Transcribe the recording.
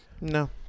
no